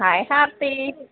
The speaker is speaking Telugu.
హాయ్ హారతి